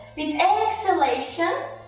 with exhalation